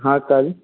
हाँ कल